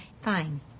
Fine